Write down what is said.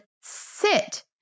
sit